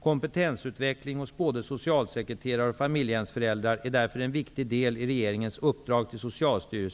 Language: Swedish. Kompetensutveckling hos både socialsekreterare och familjehemsföräldrar är därför en viktig del i regeringens uppdrag till